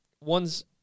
one's